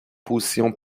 positions